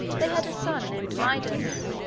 they had a son named midas.